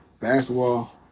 Basketball